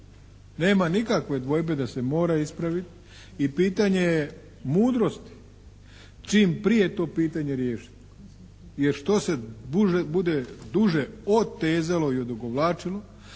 Nema nikakve dvojbe da se mora ispraviti i pitanje je mudrosti čim prije to pitanje riješiti. Jer što se bude duže otezalo i odugovlačilo